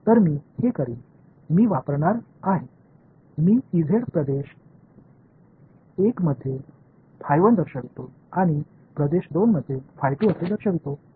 तर मी हे करीन मी वापरणार आहे मी प्रदेश 1 मध्ये दर्शवितो आणि प्रदेश 2 मध्ये असे दर्शवितो